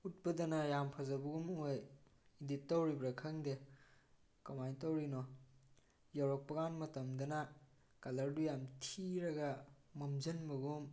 ꯎꯠꯄꯗꯅ ꯌꯥꯝ ꯐꯖꯕꯒꯨꯝ ꯑꯣꯏ ꯏꯗꯤꯠ ꯇꯧꯔꯤꯕ꯭ꯔꯥ ꯈꯪꯗꯪ ꯀꯃꯥꯏꯅ ꯇꯧꯔꯤꯅꯣ ꯌꯧꯔꯛꯄꯀꯥꯟ ꯃꯇꯝꯗꯅ ꯀꯂꯔꯗꯨ ꯌꯥꯝ ꯊꯤꯔꯒ ꯃꯝꯖꯟꯕꯒꯨꯝ